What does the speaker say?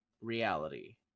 reality